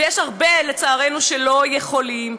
ויש הרבה לצערנו שלא יכולים,